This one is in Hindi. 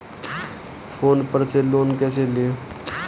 फोन पर से लोन कैसे लें?